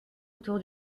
autour